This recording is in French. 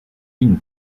une